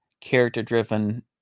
character-driven